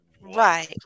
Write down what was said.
right